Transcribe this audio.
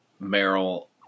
Merrill